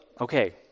okay